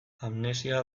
amnesia